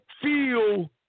feel